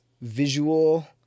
visual